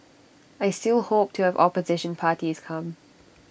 I still hope to have opposition parties come